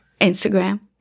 Instagram